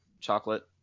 chocolate